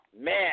Man